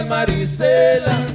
Marisela